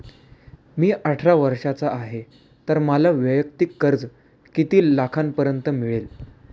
मी अठरा वर्षांचा आहे तर मला वैयक्तिक कर्ज किती लाखांपर्यंत मिळेल?